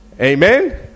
Amen